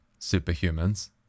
superhumans